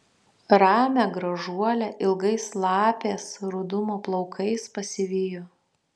ramią gražuolę ilgais lapės rudumo plaukais pasivijo